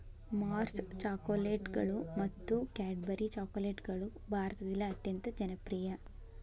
Mars ಚಾಕೊಲೇಟ್ಗಳು ಮತ್ತು Cadbury ಚಾಕೊಲೇಟ್ಗಳು ಭಾರತದಲ್ಲಿ ಅತ್ಯಂತ ಜನಪ್ರಿಯ